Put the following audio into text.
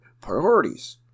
Priorities